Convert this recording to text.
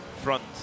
front